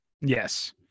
Yes